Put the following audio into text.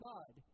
God